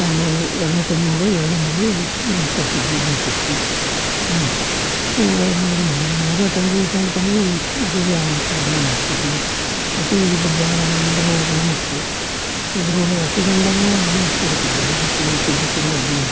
ನಮ್ಮ ಎರಡನೇ ತಂಗಿ ಮಗಳು ಎರಡನೇ ಮಗಳು ನಮ್ಮ ಸೊಸೆ ಎರಡನೇ ಸೊಸೆ ಮಾಡಿದ್ವಿ ಮೂರನೇ ತಂಗಿ ಸಣ್ಣ ತಂಗಿ ಆಕೆಗೂ ಲಗ್ನ ಮಾಡಿಕೊಟ್ವಿ ಆಕೆಗೂ ಇಬ್ಬರು ಜನ ಇಬ್ಬರು ಗಂಡು ಮಕ್ಕಳು ಇಬ್ಬರು ಆಕೆ ಗಂಡನೂ ಕುಡುಕ ಕುಡಿದು ಕುಡಿದು ಕುಡಿದು ಅವನು